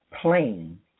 plain